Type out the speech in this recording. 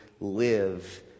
live